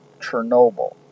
Chernobyl